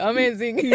Amazing